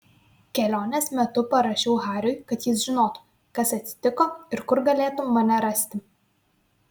kelionės metu parašiau hariui kad jis žinotų kas atsitiko ir kur galėtų mane rasti